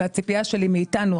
והציפייה שלי מאיתנו,